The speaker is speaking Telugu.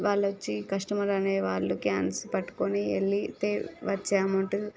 వాళ్ళు వచ్చి కస్టమర్ అనే వాళ్ళు క్యాన్స్ పట్టుకొని వెళ్ళితే వచ్చే అమౌంట్